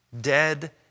dead